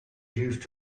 used